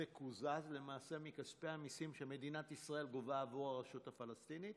זה קוזז למעשה מכספי המיסים שמדינת ישראל גובה עבור הרשות הפלסטינית?